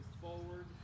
forward